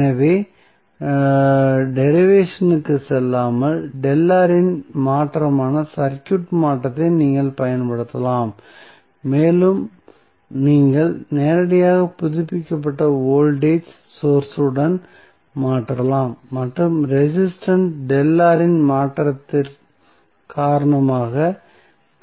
எனவே டெரிவேசன்க்குச் செல்லாமல் இன் மாற்றமான சர்க்யூட் மாற்றத்தை நீங்கள் பயன்படுத்தலாம் மேலும் நீங்கள் நேரடியாக புதுப்பிக்கப்பட்ட வோல்டேஜ் சோர்ஸ் உடன் மாற்றலாம் மற்றும் ரெசிஸ்டன்ஸ் இன் மாற்றத்தின் காரணமாக